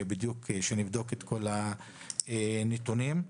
נבדוק את כל הנתונים.